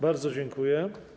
Bardzo dziękuję.